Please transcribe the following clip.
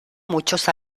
muchos